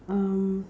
uh